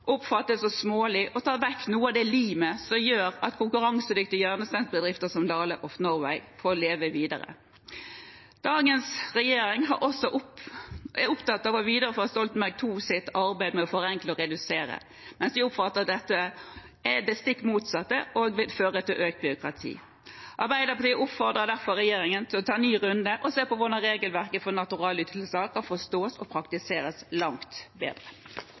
oppfattes som smålige og tar vekk noe av det limet som gjør at konkurransedyktige hjørnesteinsbedrifter som Dale of Norway får leve videre. Dagens regjering er opptatt av å videreføre Stoltenberg II-regjeringens arbeid med å forenkle og redusere, men man oppfatter at dette er det stikk motsatte og vil føre til økt byråkrati. Arbeiderpartiet oppfordrer derfor regjeringen til å ta en ny runde og se på hvordan regelverket for naturalytelser kan forstås og praktiseres langt bedre.